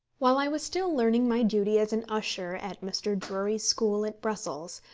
while i was still learning my duty as an usher at mr. drury's school at brussels,